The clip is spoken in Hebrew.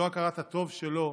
זו הכרת הטוב שלו